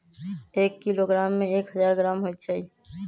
एक किलोग्राम में एक हजार ग्राम होई छई